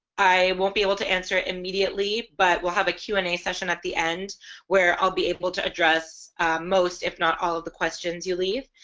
i won't be able to answer it immediately but we'll have a q and a session at the end where i'll be able to address most if not all of the questions you leave.